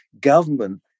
government